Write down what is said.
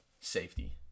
Safety